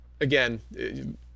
again